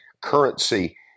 currency